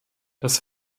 das